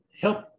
help